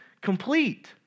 complete